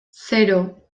zero